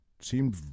seemed